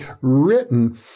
written